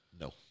No